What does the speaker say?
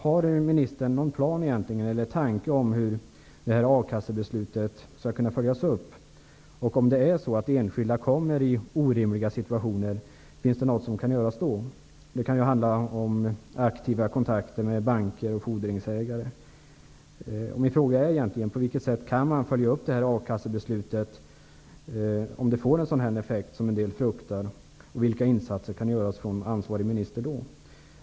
Har ministern någon plan eller tanke om hur akassebeslutet skall följas upp? Finns det något som kan göras om enskilda försätts i orimliga situationer? Det kan handla om aktiva kontakter med banker och fordringsägare. På vilket sätt kan a-kassebeslutet följas upp om det blir en sådan effekt som en del fruktar? Vilka insatser kan göras av den ansvarige ministern?